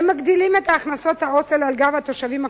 הם מגדילים את הכנסות ההוסטל על גב התושבים הקשישים.